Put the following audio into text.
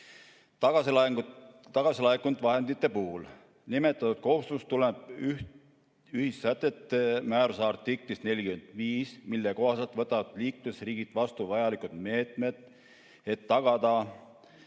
tagasilaekunud vahendite puhul. Nimetatud kohustus tuleneb ühissätete määruse artiklist 45, mille kohaselt võtavad liikmesriigid vastu vajalikud meetmed, et tagada